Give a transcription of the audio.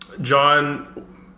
John